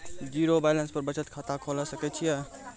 Zero balance पर बचत खाता खोले सकय छियै?